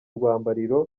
rwambariro